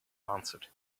answered